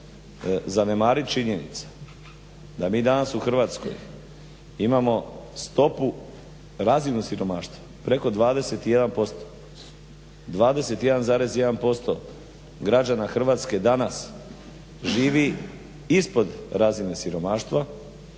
zanemariti činjenica da mi danas u Hrvatskoj imamo stopu razinu siromaštva preko 21%, 21,1% građana Hrvatske danas živi ispod razine siromaštva